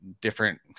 different